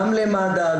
גם למד"א,